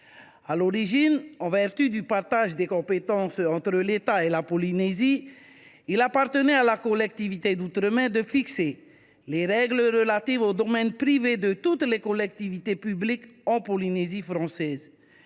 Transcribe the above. À l’origine, en vertu du partage des compétences entre l’État et la Polynésie, il appartenait à la collectivité d’outre mer de fixer les règles relatives au domaine privé de toutes ses collectivités publiques. L’État a ensuite